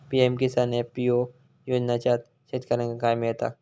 PM Kisan FPO योजनाच्यात शेतकऱ्यांका काय मिळता?